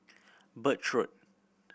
Birch Road